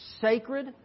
sacred